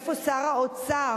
איפה שר האוצר?